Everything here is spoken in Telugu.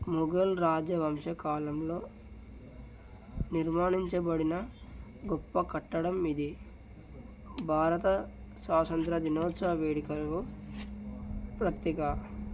మొఘల్ రాజవంశకాలంలో నిర్మించబడిన గొప్ప కట్టడం ఇది భారత స్వాతంత్య్ర దినోత్సవ వేడుకలకు ప్రతీక